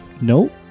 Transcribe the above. Nope